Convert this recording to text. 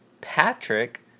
Patrick